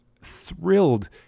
thrilled